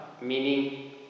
meaning